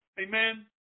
Amen